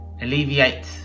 alleviate